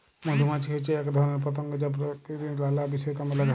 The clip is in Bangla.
মধুমাছি হচ্যে এক ধরণের পতঙ্গ যা প্রকৃতির লালা বিষয় কামে লাগে